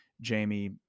Jamie